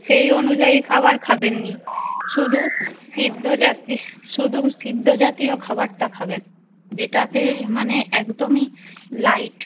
সেই অনুযায়ী খাবার খাবেন না শুধু সিদ্ধ শুধু সিদ্ধ জাতীয় খাবারটা খাবেন যেটা তেল মানে একদমই লাইট